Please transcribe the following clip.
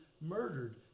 murdered